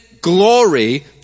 glory